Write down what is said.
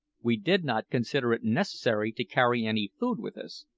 we did not consider it necessary to carry any food with us,